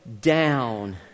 down